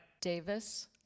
Davis